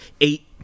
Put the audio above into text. eight